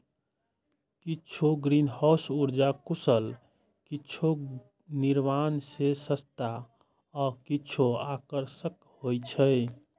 किछु ग्रीनहाउस उर्जा कुशल, किछु निर्माण मे सस्ता आ किछु आकर्षक होइ छै